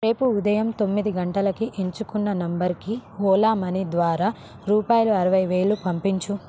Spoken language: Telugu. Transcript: రేపు ఉదయం తొమ్మిది గంటలకి ఎంచుకున్న నంబర్లకి ఓలా మనీ ద్వారా రూపాయలు అరవైవేలు పంపించు